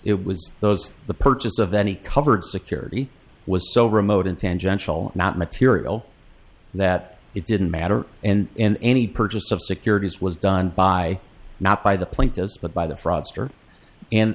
it was those the purchase of any covered security was so remote and tangential not material that it didn't matter and any purchase of securities was done by not by the plain dos but by the fraudster and